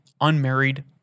unmarried